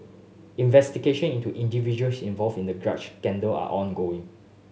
investigation into individuals involved in the scandal are ongoing